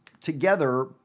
together